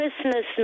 christmas